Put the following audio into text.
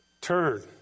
turn